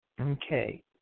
Okay